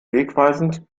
wegweisend